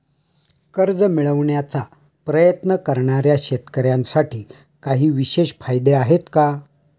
कर्ज मिळवण्याचा प्रयत्न करणाऱ्या शेतकऱ्यांसाठी काही विशेष फायदे आहेत का?